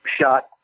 shot